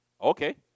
Okay